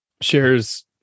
shares